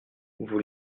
vous